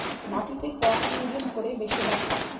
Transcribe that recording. মাটিতে কম ইনভেস্ট করে বেশি লাভ পাই